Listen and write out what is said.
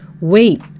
wait